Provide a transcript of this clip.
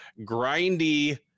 grindy